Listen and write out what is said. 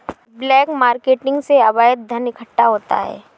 black marketing से अवैध धन इकट्ठा होता है